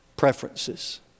preferences